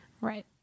right